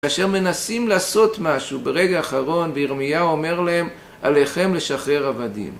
כאשר מנסים לעשות משהו ברגע אחרון וירמיהו אומר להם: עליכם לשחרר עבדים